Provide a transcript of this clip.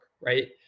right